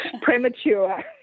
premature